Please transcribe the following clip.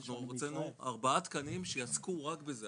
אנחנו הוצאנו ארבעה תקנים שיצקו רק בזה,